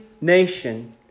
nation